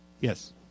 Yes